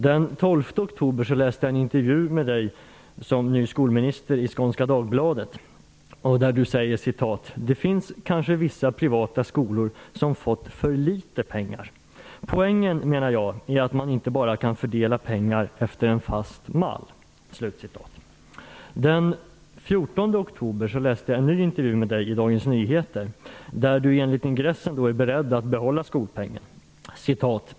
Den 12 oktober läste jag en intervju med Ylva Hon sade där att det kanske finns vissa privata skolor som fått för litet pengar och menade att poängen är att man inte bara kan fördela pengar efter en fast mall. Den 14 oktober läste jag en ny intervju med Ylva Johansson i Dagens Nyheter. Hon är enligt ingressen beredd att behålla skolpengen.